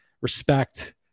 respect